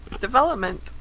development